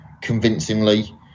convincingly